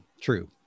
True